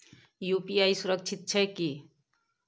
UPI सुरक्षित छै की?